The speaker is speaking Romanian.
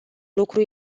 lucru